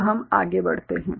तो हम आगे बढ़ते हैं